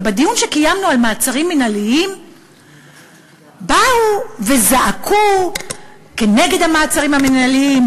ובדיון שקיימנו על מעצרים מינהליים באו וזעקו כנגד המעצרים המינהליים,